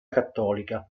cattolica